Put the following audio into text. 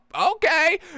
Okay